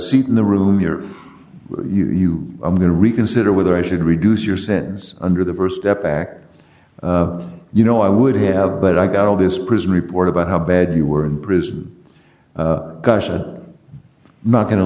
seat in the room you're you i'm going to reconsider whether i should reduce your sentence under the st ep act you know i would have but i got all this prison report about how bad you were in prison gosh i'm not go